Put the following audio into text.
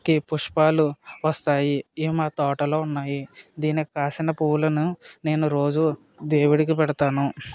కి పుష్పాలు వస్తాయి ఇవి మా తోటలో ఉన్నాయి దీనికి కాసిన పువ్వులను నేను రోజు దేవుడికి పెడతాను